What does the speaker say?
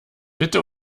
bitte